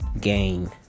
gain